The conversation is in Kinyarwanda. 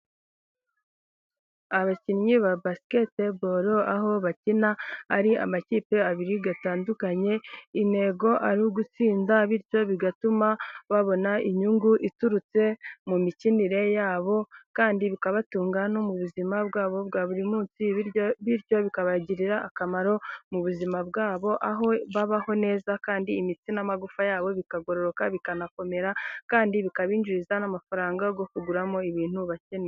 Abakinnyi ba basiketi aho bakina ari amakipe abiri atandukanye intego ari ugutsinda bityo bigatuma babona inyungu iturutse mu mikinire yabo, kandi bikabatunga no mu buzima bwabo bwa buri munsi bityo bikabagirira akamaro mu buzima bwabo aho babaho neza kandi imitsi n'amagufa yabo bikagororoka bikanakomera kandi bikabinjiriza n'amafaranga yo kuguramo ibintu bakene.